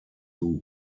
hinzu